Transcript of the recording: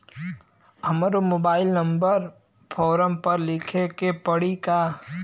हमरो mobile number form पर लिखे के पड़ी का?